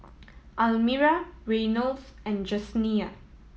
Almira Reynolds and Jesenia